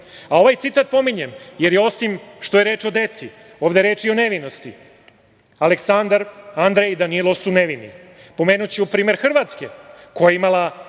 A ovaj citat pominjem jer je, osim što je reč o deci, ovde reč i o nevinosti. Aleksandar, Andrej i Danilo su nevini. Pomenuću primer Hrvatske, koja je imala